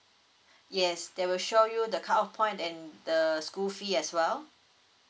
yes they will show you the cut off point and then the school fee as well